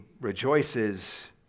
rejoices